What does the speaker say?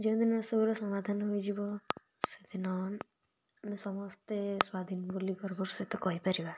ଯେଉଁ ଦିନ ଏସବୁର ସମାଧାନ ହେଇଯିବ ସେ ଦିନ ଆମେ ସମସ୍ତେ ସ୍ୱାଧୀନ ବୋଲି ଗର୍ବର ସହିତ କହିପାରିବା